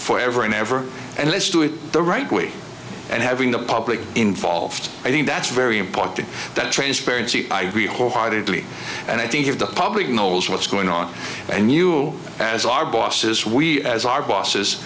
for ever and ever and let's do it the right way and having the public involved i think that's very important that transparency i we wholeheartedly and i think if the public knows what's going on and you as our bosses we as our bosses